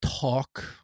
talk